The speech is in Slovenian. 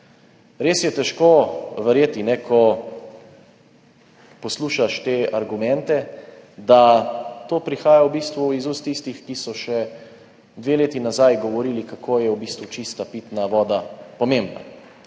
Res je težko verjeti, ko poslušaš te argumente, da to prihaja v bistvu iz ust tistih, ki so še dve leti nazaj govorili, kako je v bistvu čista pitna voda pomembna,